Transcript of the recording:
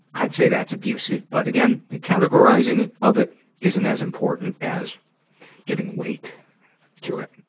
i'd say that's abusive, but again, the categorizing of it isn't as important as giving weight to it.